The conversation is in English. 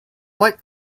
white